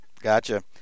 gotcha